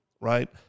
right